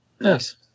yes